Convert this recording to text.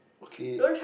okay